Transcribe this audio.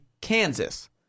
Kansas